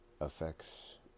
affects